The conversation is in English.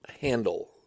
handle